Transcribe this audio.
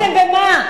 אתם עוזרים להם במה?